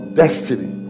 destiny